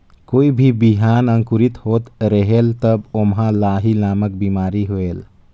कोई भी बिहान अंकुरित होत रेहेल तब ओमा लाही नामक बिमारी होयल?